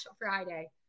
friday